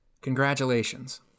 congratulations